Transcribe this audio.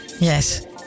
yes